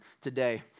today